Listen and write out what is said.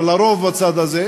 אבל לרוב בצד הזה,